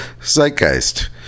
zeitgeist